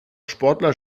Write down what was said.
sportler